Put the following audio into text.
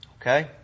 Okay